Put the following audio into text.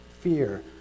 fear